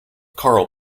karl